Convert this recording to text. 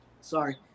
Sorry